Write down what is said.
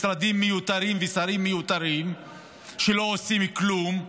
משרדים מיותרים ושרים מיותרים שלא עושים כלום,